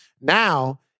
Now